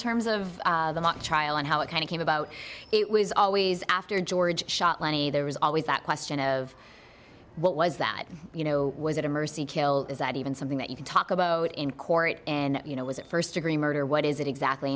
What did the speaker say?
terms of the not trial and how it kind of came about it was always after george shot lenny there was always that question of what was that you know was it a mercy kill is that even something that you can talk about in court and you know was it first degree murder what is it exactly